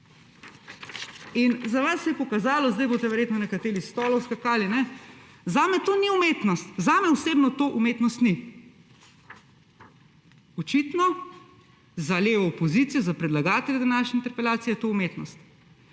za vas se je pokazalo – zdaj boste verjetno nekateri s stolov skakali – zame to / pokaže predmet/ ni umetnost. Zame osebno to umetnost ni. Očitno za levo opozicijo, za predlagatelje današnje interpelacije to je umetnost.